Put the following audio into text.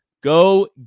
Go